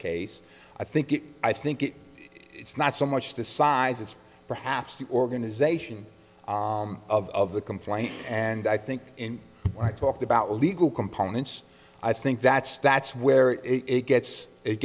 case i think it i think it it's not so much the size it's perhaps the organization of the complaint and i think in what i talked about legal components i think that's that's where it gets it